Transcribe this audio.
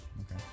Okay